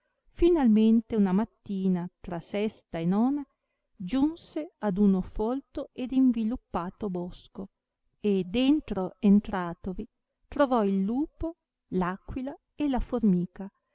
finalmente una mattina tra sesta e nona giunse ad uno folto ed inviluppato bosco e dentro entratovi trovò il lupo l'aquila e la formica